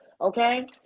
Okay